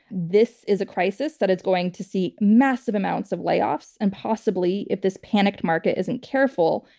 this is a crisis that is going to see massive amounts of layoffs and possibly, if this panicked market isn't careful,